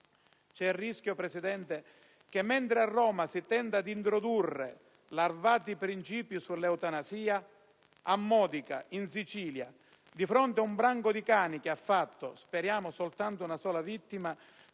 C'è il rischio, Presidente, che mentre a Roma si tenta di introdurre larvati princìpi sull'eutanasia, a Modica, in Sicilia, di fronte ad un branco di cani che ha fatto - speriamo - una sola vittima,